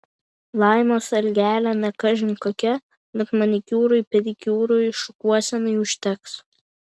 laimos algelė ne kažin kokia bet manikiūrui pedikiūrui šukuosenai užteks